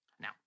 Now